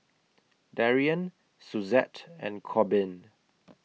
Darion Suzette and Corbin